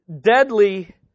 deadly